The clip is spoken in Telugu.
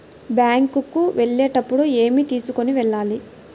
బ్యాంకు కు వెళ్ళేటప్పుడు ఏమి తీసుకొని వెళ్ళాలి?